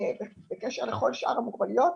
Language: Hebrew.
בקשר לכל שאר המוגבלויות,